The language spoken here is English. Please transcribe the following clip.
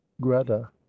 greta